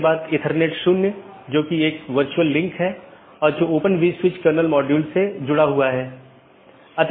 इसके बजाय हम जो कह रहे हैं वह ऑटॉनमस सिस्टमों के बीच संचार स्थापित करने के लिए IGP के साथ समन्वय या सहयोग करता है